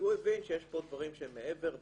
כי הוא הבין שיש פה דברים שהם מעבר וכו'.